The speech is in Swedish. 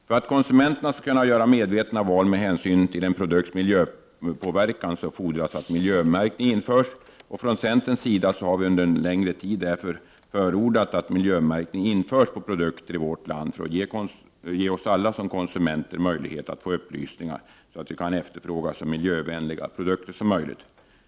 För att konsumenterna skall kunna göra medvetna val med hänsyn till en produkts miljöpåverkan fordras att miljömärkning införs. Vi i centern har därför under en längre tid förordat att miljömärkning införs på produkter i vårt land för att ge alla konsumenter möjlighet att få sådana upplysningar att de kan efterfråga så miljövänliga produkter som möjligt.